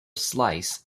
slice